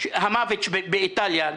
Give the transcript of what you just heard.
המוות באיטליה.